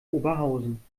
oberhausen